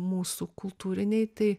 mūsų kultūrinei tai